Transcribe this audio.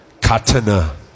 Katana